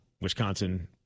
Wisconsin